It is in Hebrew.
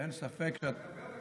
אין ספק, תדבר